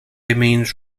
means